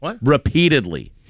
repeatedly